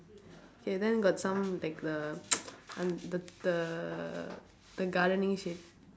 K then got some like the un~ the the gardening shit